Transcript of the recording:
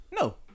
No